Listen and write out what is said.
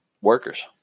workers